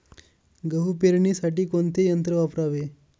गहू पेरणीसाठी कोणते यंत्र वापरावे?